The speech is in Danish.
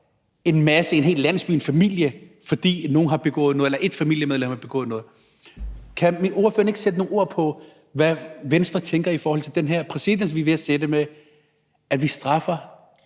en masse, en hel landsby, en familie, fordi nogen eller et familiemedlem har begået noget. Kan ordføreren ikke sætte nogle ord på, hvad Venstre tænker i forhold til den her præcedens, vi er ved at sætte, med, at vi straffer